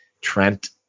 Trent